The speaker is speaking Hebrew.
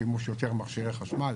שימוש יותר במכשירי חשמל.